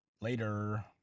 Later